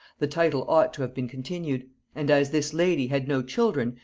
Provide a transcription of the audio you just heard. the title ought to have been continued and as this lady had no children,